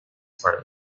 part